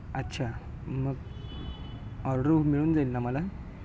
अच्छा मग ऑर्डर मिळून जाईल ना मला